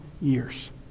years